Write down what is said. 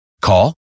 Call